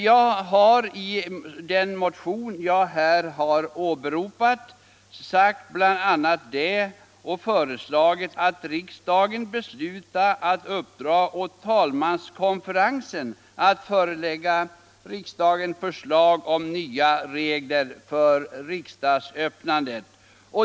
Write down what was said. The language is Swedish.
Jag har i den motion som jag här åberopat bl.a. hemställt att riksdagen beslutar att uppdra åt talmanskonferensen att förelägga riksdagen förslag till nya regler för riksdagsöppnandet.